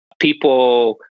people